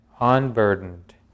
unburdened